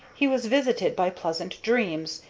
he was visited by pleasant dreams,